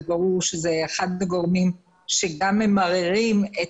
זה ברור שזה אחד הגורמים שגם ממררים את